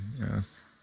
yes